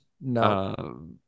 no